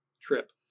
trip